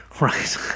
Right